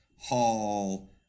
Hall